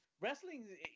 wrestling